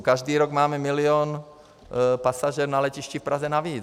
Každý rok máme milion pasažérů na letišti v Praze navíc.